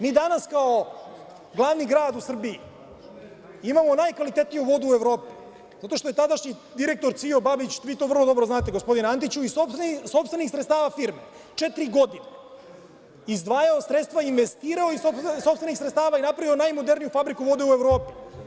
Mi danas, kao glavni grad u Srbiji, imamo najkvalitetniju vodu u Evropi, zato što je tadašnji direktor Cvijo Babić, vi to vrlo dobro znate gospodine Antiću, iz sopstvenih sredstava firme, četiri godine izdvajao sredstva, investirao i iz sopstvenih sredstava napravio najmoderniju fabriku vode u Evropi.